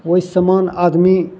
ओइ सामान आदमी